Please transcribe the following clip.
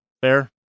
Fair